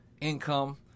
income